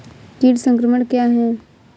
कीट संक्रमण क्या है?